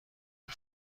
جمع